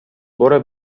برو